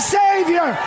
savior